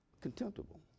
Contemptible